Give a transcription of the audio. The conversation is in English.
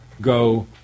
go